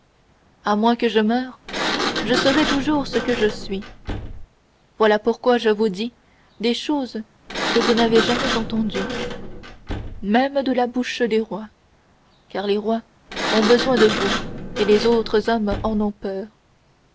à moins que je ne meure je serai toujours ce que je suis voilà pourquoi je vous dis des choses que vous n'avez jamais entendues même de la bouche des rois car les rois ont besoin de vous et les autres hommes en ont peur